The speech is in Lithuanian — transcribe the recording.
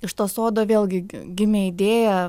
iš to sodo vėlgi gimė idėja